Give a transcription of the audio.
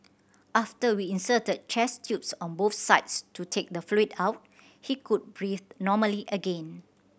after we inserted chest tubes on both sides to take the fluid out he could breathe normally again